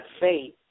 faith